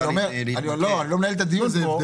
אני לא מנהל את הדיון פה,